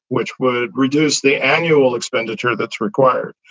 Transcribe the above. which would reduce the annual expenditure that's required.